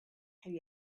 have